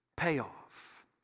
Payoff